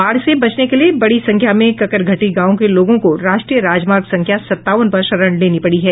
बाढ़ से बचने के लिए बड़ी संख्या में ककरघटी गांव के लोगों को राष्ट्रीय राजमार्ग संख्या सतावन पर शरण लेना पड़ी है